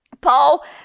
Paul